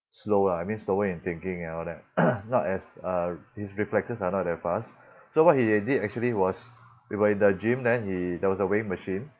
slower I mean slower in thinking and all that not as uh his reflexes are not that fast so what he did actually was we were in the gym then he there was a weighing machine